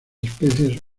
especies